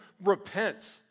repent